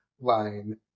line